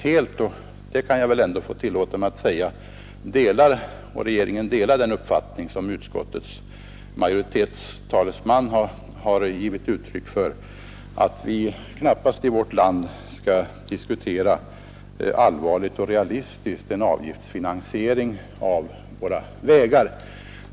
Men jag tillåter mig ändå säga att regeringen delar den uppfattning som talesmannen för utskottsmajoriteten här har givit uttryck för, nämligen att vi i vårt land knappast allvarligt och realistiskt kan diskutera en avgiftsfinansiering av våra vägar.